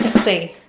see